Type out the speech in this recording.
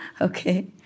okay